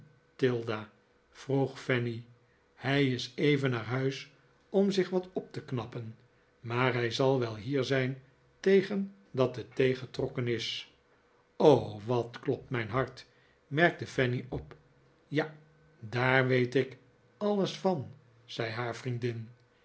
tilda vroeg fanny hij is even naar huis om zich wat op te knappen maar hij zal wel hier zijn tegen dat de thee getrokken is io wat klopt mijn hart merkte fanny op ja daar weet ik alles van zei haar vriendin